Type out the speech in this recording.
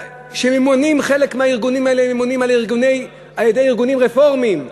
וחלק מהארגונים האלה ממומנים על-ידי ארגונים רפורמיים,